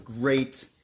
great